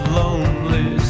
lonely